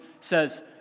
says